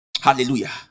Hallelujah